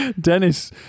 Dennis